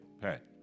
Pat